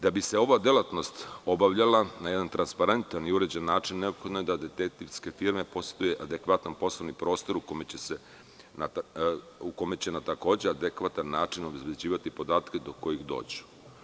Da bi se ova delatnost obavljala na jedan transparentan i uređen način, neophodno je da detektivske firme poseduju adekvatan poslovni prostor u kome će na adekvatan način obezbeđivati podatke do kojih dođu.